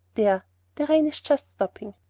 there! the rain is just stopping.